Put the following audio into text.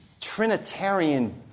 Trinitarian